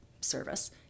service